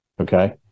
okay